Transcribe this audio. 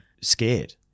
scared